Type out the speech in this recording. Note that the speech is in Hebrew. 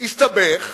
הסתבך,